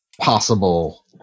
possible